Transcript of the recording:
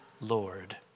Lord